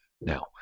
now